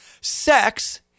Sex